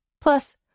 Plus